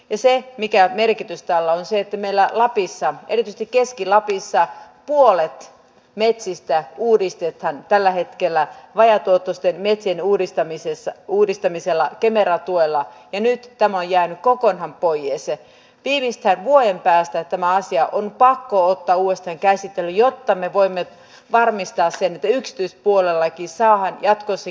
ja se mikä merkitys talous ei meillä lapissa edisti keski lapissa puolet metsistä uudistetaan tällä hetkellä vajaatuottoisten metsien uudistamisessa uudistamisella kemera tuella ja nyt tamma jäi kokonaan poies se piristää vuoden päästä tämä asia on pakko ottaa ulisten käsitteli jotta me voimme varmistaa sen virkistyspuolelle kissaa ja cosi